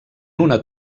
una